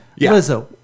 Lizzo